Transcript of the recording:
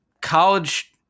college